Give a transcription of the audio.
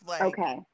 Okay